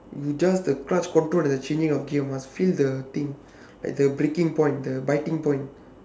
you just the clutch control and the changing of gear must feel the thing like the braking point the biting point